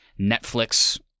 Netflix